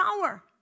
power